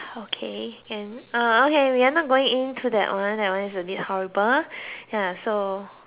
okay and uh okay we're not going in through that one that one is a bit horrible ya so